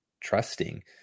trusting